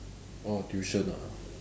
orh tuition ah